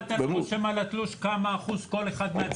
למה אתה לא רושם על התלוש כמה אחוז כל אחד מהצדדים?